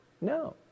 No